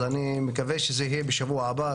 אני מקווה שזה יהיה בשבוע הבא,